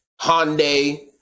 Hyundai